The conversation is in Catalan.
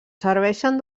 serveixen